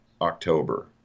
October